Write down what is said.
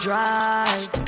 Drive